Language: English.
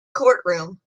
courtroom